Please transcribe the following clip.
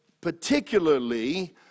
Particularly